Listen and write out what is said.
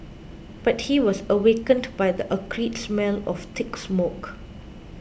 but he was awakened by the acrid smell of thick smoke